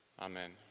Amen